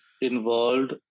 involved